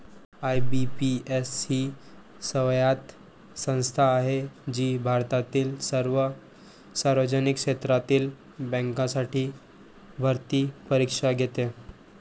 IBPS ही स्वायत्त संस्था आहे जी भारतातील सर्व सार्वजनिक क्षेत्रातील बँकांसाठी भरती परीक्षा घेते